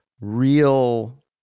real